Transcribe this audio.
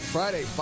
Friday